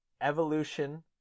Evolution